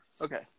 Okay